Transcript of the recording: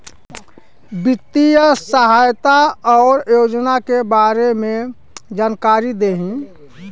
वित्तीय सहायता और योजना के बारे में जानकारी देही?